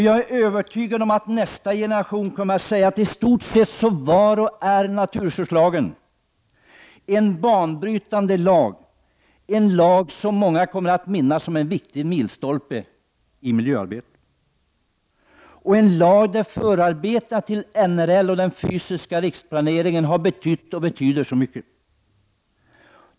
Jag är övertygad om att nästa generation kommer att säga att i stort sett var och är naturresurslagen en banbrytande lag, en lag som många kommer att minnas som en viktig milstolpe i miljöarbetet. Det är en lag där förarbetena till en NRL och den fysiska riksplaneringen har betytt och betyder så mycket.